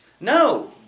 No